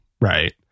Right